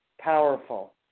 powerful